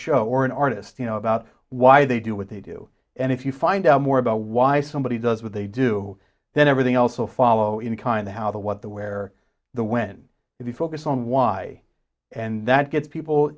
show or an artist you know about why they do what they do and if you find out more about why somebody does what they do then everything else will follow in kind of how the what the where the when if you focus on why and that gets people